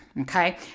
Okay